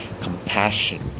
compassion